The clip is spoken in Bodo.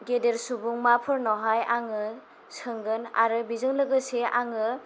गेदेर सुबुंमाफोरनावहाय आङो सोंगोन आरो बेजों लोगोसे आङो